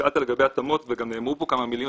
שאלת לגבי התאמות וגם נאמרו פה כמה מילים,